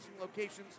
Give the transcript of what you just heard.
locations